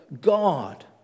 God